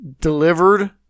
delivered